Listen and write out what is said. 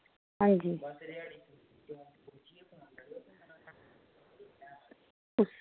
अंजी